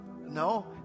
No